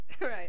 Right